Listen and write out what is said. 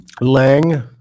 Lang